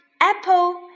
Apple